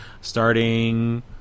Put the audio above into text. Starting